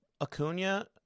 Acuna